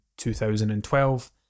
2012